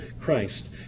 Christ